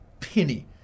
penny